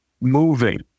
moving